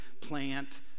plant